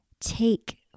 Take